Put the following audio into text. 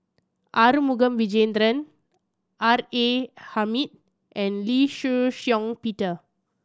Arumugam Vijiaratnam R A Hamid and Lee Shih Shiong Peter